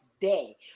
day